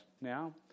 now